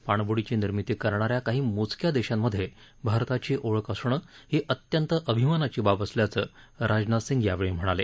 पाणब्डीची निर्मिती करणाऱ्या काही मोजक्या देशांमध्ये भारताची ओळख असणं ही अत्यंत अभिमानाची बाब असल्याचं राजनाथ सिंग यावेळी म्हणाले